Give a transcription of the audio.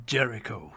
Jericho